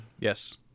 Yes